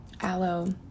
Aloe